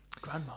grandma